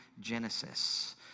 Genesis